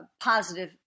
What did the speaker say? positive